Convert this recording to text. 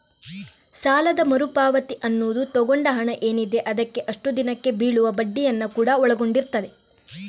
ಸಾಲದ ಮರು ಪಾವತಿ ಅನ್ನುದು ತಗೊಂಡ ಹಣ ಏನಿದೆ ಅದಕ್ಕೆ ಅಷ್ಟು ದಿನಕ್ಕೆ ಬೀಳುವ ಬಡ್ಡಿಯನ್ನ ಕೂಡಾ ಒಳಗೊಂಡಿರ್ತದೆ